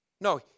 No